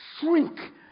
shrink